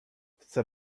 chcę